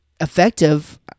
effective